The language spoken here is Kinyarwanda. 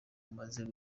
meze